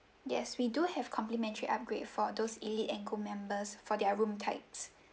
yes we do have complimentary upgrade for those elite and gold members for their room types